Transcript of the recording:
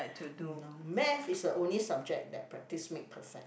no math is a only subject that practice make perfect